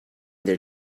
their